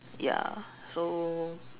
ya so